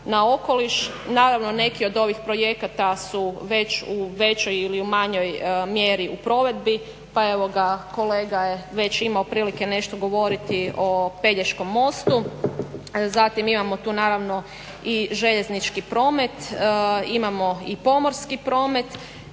na okoliš. Naravno neki od ovih projekata su već u većoj ili u manjoj mjeri u provedbi pa evo kolega je već imao prilike nešto govoriti o Pelješkom mostu. Zatim imamo tu naravno i željeznički promet, imamo i pomorski promet.